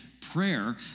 prayer